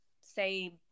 say